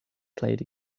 played